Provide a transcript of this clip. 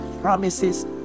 promises